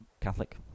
Catholic